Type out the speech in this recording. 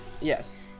Yes